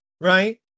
right